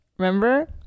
remember